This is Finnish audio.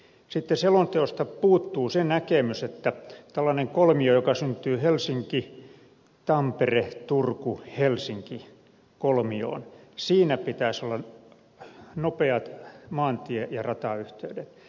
sitten selonteosta puuttuu se näkemys että tällaisella alueella joka syntyy helsinkitampereturkuhelsinki kolmioon pitäisi olla nopeat maantie ja ratayhteydet